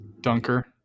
Dunker